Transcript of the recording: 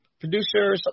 producer